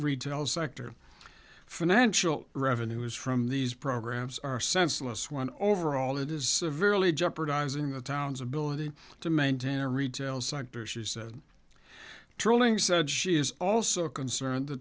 retail sector financial revenues from these programs are senseless when overall it is very early jeopardizing the town's ability to maintain a retail sector she said trolling said she is also concerned the